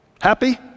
Happy